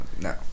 no